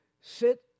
sit